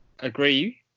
agree